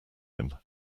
him